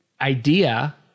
idea